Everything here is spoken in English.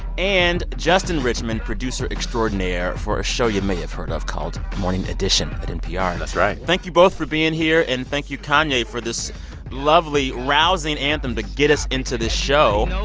and justin richmond, producer extraordinaire for a show you may have heard of called morning edition at npr and that's right thank you both for being here. and thank you, kanye, for this lovely, rousing anthem to get us into this show